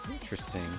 Interesting